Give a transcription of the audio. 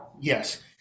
Yes